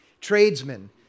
tradesmen